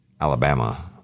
Alabama